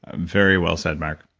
very well said, mark.